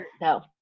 no